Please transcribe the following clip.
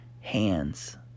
hands